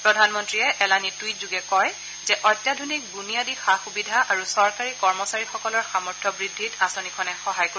প্ৰধানমন্ত্ৰীয়ে এলানি টুইটযোগে কয় যে অত্যাধুনিক বুনিয়াদী সা সুবিধা আৰু চৰকাৰী কৰ্মচাৰীসকলৰ সামৰ্থ বৃদ্ধিত আঁচনিখনে সহায় কৰিব